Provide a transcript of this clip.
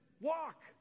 walk